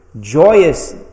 joyous